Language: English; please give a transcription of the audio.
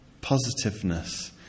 positiveness